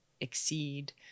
exceed